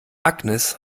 agnes